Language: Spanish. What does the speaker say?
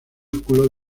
músculo